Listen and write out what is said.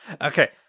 Okay